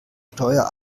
steuer